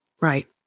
Right